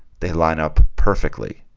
they line up perfectly